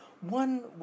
one